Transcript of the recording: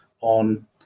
on